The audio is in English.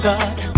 God